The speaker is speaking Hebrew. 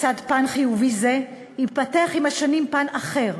לצד פן חיובי זה התפתח עם השנים פן אחר,